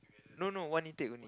no no one intake only